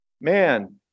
Man